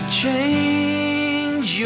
change